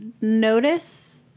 notice